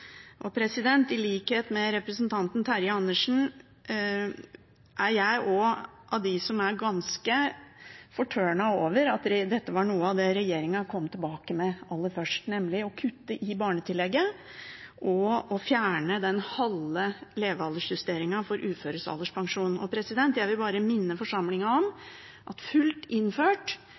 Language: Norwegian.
I likhet med representanten Dag Terje Andersen er jeg også av dem som er ganske fortørnet over at dette var noe av det regjeringen kom tilbake med aller først, nemlig å kutte i barnetillegget og å fjerne den halve levealdersjusteringen av uføres alderspensjon. Jeg vil bare minne forsamlingen om at fullt innført